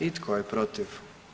I tko je protiv?